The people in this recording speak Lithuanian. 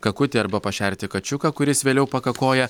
kakutį arba pašerti kačiuką kuris vėliau pakakoja